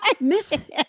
Miss